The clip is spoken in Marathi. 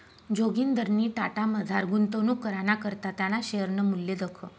जोगिंदरनी टाटामझार गुंतवणूक कराना करता त्याना शेअरनं मूल्य दखं